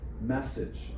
message